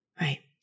Right